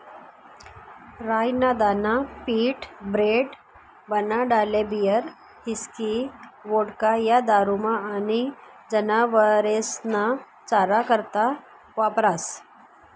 राई ना दाना पीठ, ब्रेड, बनाडाले बीयर, हिस्की, वोडका, या दारुस्मा आनी जनावरेस्ना चारा करता वापरास